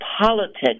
politics